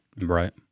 Right